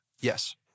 Yes